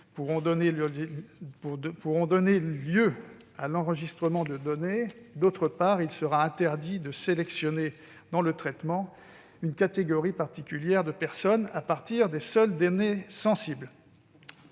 pourront donner lieu à l'enregistrement de données. D'autre part, il sera interdit de sélectionner dans le traitement une catégorie particulière de personnes à partir des seules données sensibles.